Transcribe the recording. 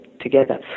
together